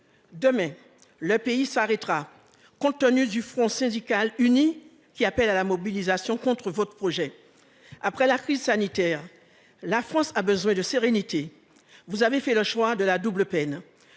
Demain, le pays s'arrêtera, compte tenu du front syndical uni qui appelle à la mobilisation contre votre projet. Après la crise sanitaire, la France a besoin de sérénité. Or vous avez fait le choix de la double peine,